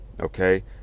Okay